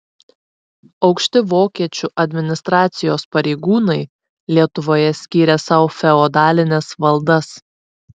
aukšti vokiečių administracijos pareigūnai lietuvoje skyrė sau feodalines valdas